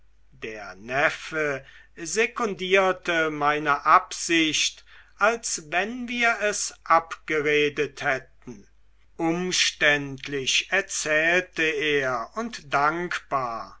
der neffe sekundierte meine absicht als wenn wir es abgeredet hätten umständlich erzählte er und dankbar